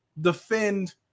defend